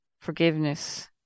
forgiveness